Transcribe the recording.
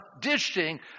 dishing